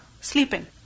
sleeping